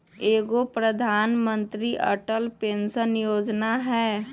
एगो प्रधानमंत्री अटल पेंसन योजना है?